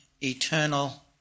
eternal